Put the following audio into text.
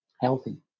healthy